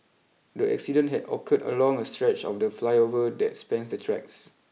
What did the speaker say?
the accident had occurred along a stretch of the flyover that spans the tracks